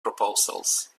proposals